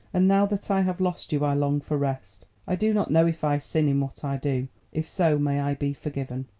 and now that i have lost you i long for rest. i do not know if i sin in what i do if so, may i be forgiven.